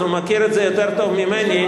אז הוא מכיר את זה יותר טוב ממני,